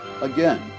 Again